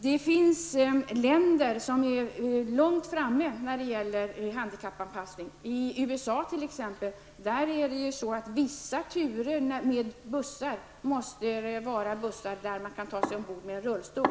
Det finns länder som ligger långt framme när det gäller handikappanpassning. I USA t.ex. måste på vissa bussturer en sådan buss användas som man kan ta sig ombord på med en rullstol.